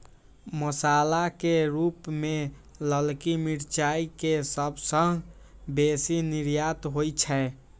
मसाला के रूप मे ललकी मिरचाइ के सबसं बेसी निर्यात होइ छै